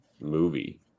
movie